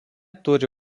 turi